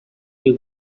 you